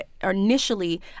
initially